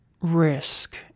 risk